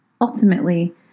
Ultimately